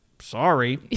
sorry